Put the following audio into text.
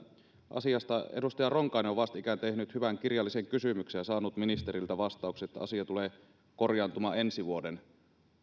asiasta edustaja ronkainen on vastikään tehnyt hyvän kirjallisen kysymyksen ja saanut ministeriltä vastauksen että asia tulee korjaantumaan ensi vuoden